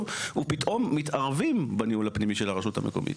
ופתאום מתערבים בניהול הפנימי של הרשות המקומית?